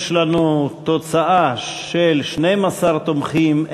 יש לנו תוצאה של 12 תומכים,